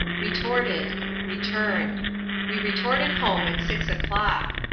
retorted returned we retorted home at six o'clock.